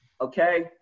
okay